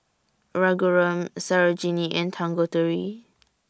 Raghuram Sarojini and Tanguturi